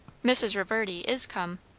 mrs. reverdy is come.